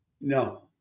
No